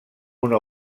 una